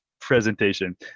presentation